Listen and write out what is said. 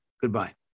Goodbye